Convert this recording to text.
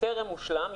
שטרם הושלם,